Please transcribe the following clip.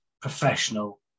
professional